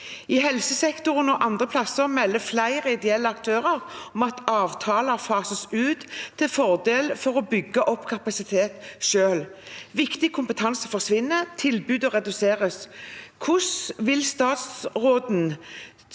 I helsesektoren, og andre steder, melder flere ideelle aktører om at avtaler fases ut til fordel for å bygge opp kapasitet selv. Viktig kompetanse forsvinner, og tilbudene reduseres. Hvordan vil statsråden